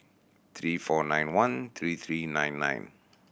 three four nine one three three nine nine